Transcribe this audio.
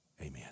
amen